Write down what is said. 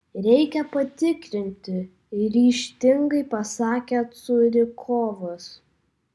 reikia patikrinti ryžtingai pasakė curikovas